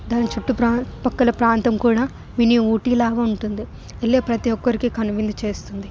చుట్టుపక్కల ప్రాంతం కూడా మినీ ఊటీలాగా ఉంటుంది వెళ్ళే ప్రతి ఒక్కరికి కనువిందు చేస్తుంది